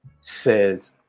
says